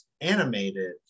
animated